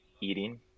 eating